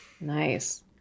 nice